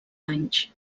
anys